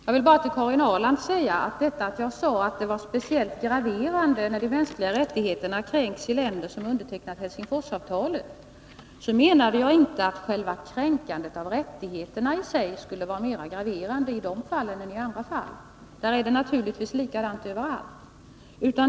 Herr talman! Jag vill bara till Karin Ahrland säga, att när jag framhöll att det var speciellt graverande att mänskliga rättigheter kränks i länder som undertecknat Helsingforsavtalet, menade jag inte att själva kränkandet av rättigheterna i sig skulle vara mera graverande i de fallen än i andra fall.